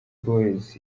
boyz